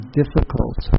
difficult